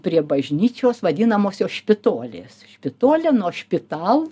prie bažnyčios vadinamosios špitolės špitolė nuo špital